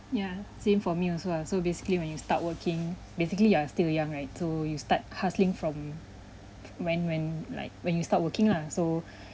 ya same for me also ah so basically when you start working basically you are still young right so you start hustling from when when like when you start working lah so